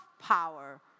power